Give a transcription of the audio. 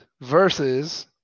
versus